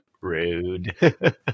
Rude